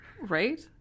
Right